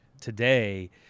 today